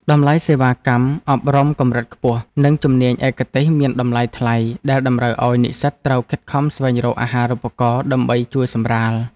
តម្លៃសេវាកម្មអប់រំកម្រិតខ្ពស់ និងជំនាញឯកទេសមានតម្លៃថ្លៃដែលតម្រូវឱ្យនិស្សិតត្រូវខិតខំស្វែងរកអាហារូបករណ៍ដើម្បីជួយសម្រាល។